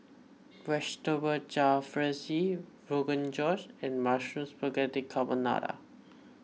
Vegetable Jalfrezi Rogan Josh and Mushroom Spaghetti Carbonara